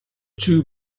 two